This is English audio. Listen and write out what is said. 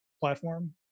platform